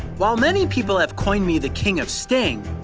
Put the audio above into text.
while many people have coined me the king of sting,